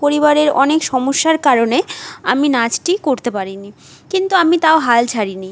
পরিবারের অনেক সমস্যার কারণে আমি নাচটি করতে পারিনি কিন্তু আমি তাও হাল ছাড়িনি